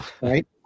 right